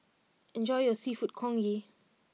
enjoy your Seafood Congee